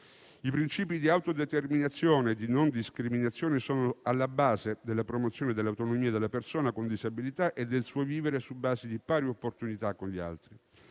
I principi di autodeterminazione e di non discriminazione sono alla base della promozione dell'autonomia della persona con disabilità e del suo vivere su basi di pari opportunità con gli altri.